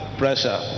pressure